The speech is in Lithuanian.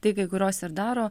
tai kai kurios ir daro